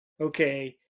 okay